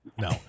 no